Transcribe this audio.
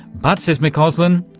but, says mcauslan,